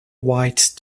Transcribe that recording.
white